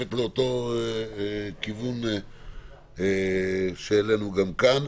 מצטרפת לאותו כיוון שהעלינו כאן.